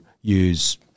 use